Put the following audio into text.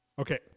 Okay